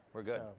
we're good.